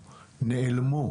נעלם.